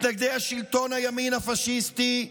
מתנגדי שלטון הימין הפאשיסטי,